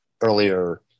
earlier